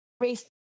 Race